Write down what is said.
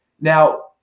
Now